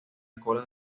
cola